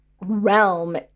realm